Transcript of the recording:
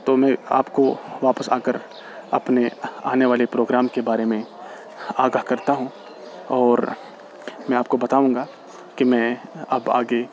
تو میں آپ کو واپس آ کر اپنے آنے والے پراگرام کے بارے میں آگاہ کرتا ہوں اور میں آپ کو بتاؤں گا کہ میں اب آگے